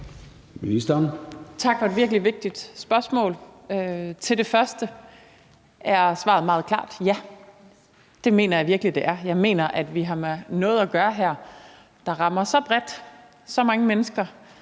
Tak for et virkelig vigtigt spørgsmål. Til det første er svaret meget klart: Ja, det mener jeg virkelig det er. Jeg mener, at vi har med noget at gøre her, der rammer så bredt og så mange mennesker,